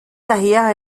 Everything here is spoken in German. daher